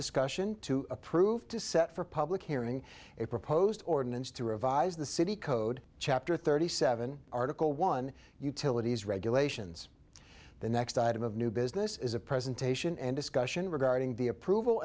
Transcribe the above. discussion to approve to set for public hearing a proposed ordinance to revise the city code chapter thirty seven article one utilities regulations the next item of new business is a presentation and discussion regarding the approval